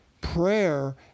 Prayer